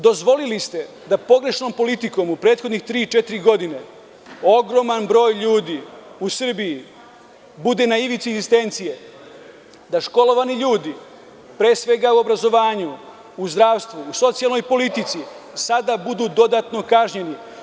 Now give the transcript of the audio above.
Dozvolili ste da pogrešnom politikom u prethodnih tri-četiri godine, ogroman broj ljudi u Srbiji bude na ivici egzistencije, da školovani ljudi, pre svega u obrazovanju, u zdravstvu, u socijalnoj politici sada budu dodatno kažnjeni.